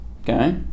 Okay